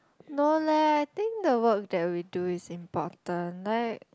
no leh I think the work that we do is important like